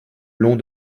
long